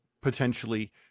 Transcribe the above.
potentially